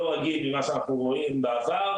לא רגיל ממה שאנחנו רואים בעבר